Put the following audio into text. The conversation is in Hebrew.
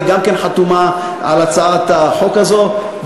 היא גם חתומה על הצעת החוק הזאת,